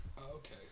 Okay